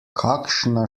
kakšna